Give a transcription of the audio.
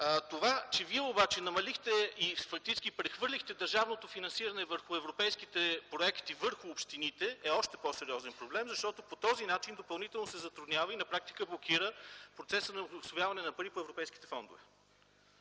Това, че вие обаче намалихте и фактически прехвърлихте държавното финансиране върху европейските проекти върху общините е още по-сериозен проблем, защото по този начин допълнително се затруднява и на практика блокира процеса на усвояване на пари по европейските фондове.